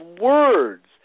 words